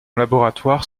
laboratoire